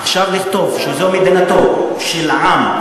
עכשיו לכתוב שזו מדינתו של עם,